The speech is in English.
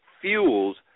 fuels